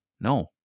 No